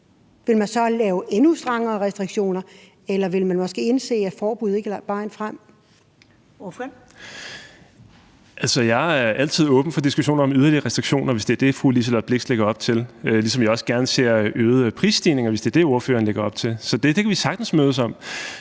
(Karen Ellemann): Ordføreren. Kl. 20:43 Stinus Lindgreen (RV): Jeg er altid åben for diskussion om yderligere restriktioner, hvis det er det, fru Liselott Blixt lægger op til, ligesom jeg også gerne ser øgede prisstigninger, hvis det er det, ordføreren lægger op til. Så det kan vi sagtens mødes om.